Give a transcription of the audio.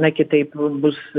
na kitaip bus